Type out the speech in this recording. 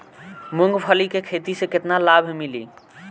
मूँगफली के खेती से केतना लाभ मिली?